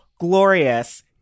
glorious